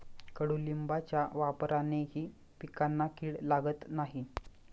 कडुलिंबाच्या वापरानेही पिकांना कीड लागत नाही